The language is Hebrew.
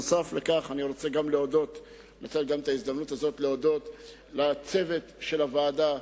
נוסף לכך אני רוצה לנצל גם את ההזדמנות הזאת להודות גם לצוות של הוועדה,